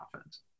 offense